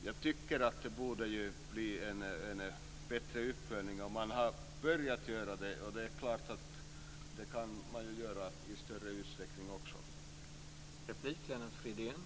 Jag tycker att det borde bli en bättre uppföljning om man har börjat göra det. Det är klart att man kan göra det i större utsträckning.